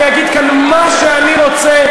אני אגיד כאן מה שאני רוצה,